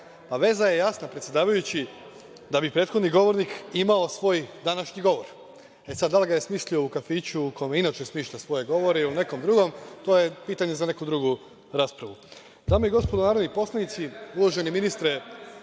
veza je jasna, predsedavajući, da bi prethodni govornik imao svoj današnji govor. E sada, da li ga je smislio u kafiću u kome inače smišlja svoje govore ili nekom drugom, to je pitanje za neku drugu raspravu. Dame i gospodo narodni poslanici, uvaženi ministre